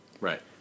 right